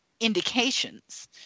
indications